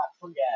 forget